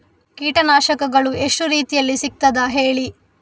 ಕೀಟನಾಶಕಗಳು ಎಷ್ಟು ರೀತಿಯಲ್ಲಿ ಸಿಗ್ತದ ಹೇಳಿ